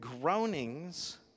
groanings